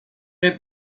had